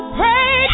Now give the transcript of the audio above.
pray